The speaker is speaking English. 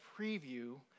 preview